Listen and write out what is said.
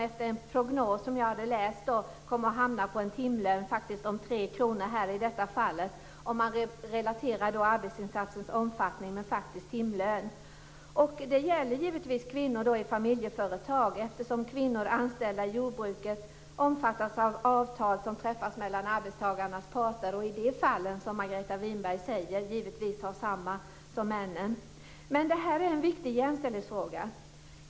Enligt en gjord prognos hamnar timlönen på 3 kr, om man relaterar arbetsinsatsens omfattning till faktisk lön. Det gäller då givetvis kvinnor i familjeföretag. Kvinnor anställda i jordbruket omfattas av avtal som träffas mellan arbetsmarknadens parter och är, som Margareta Winberg säger, givetvis desamma som för männen. Men detta är en viktig jämställdhetsfråga.